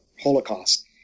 holocaust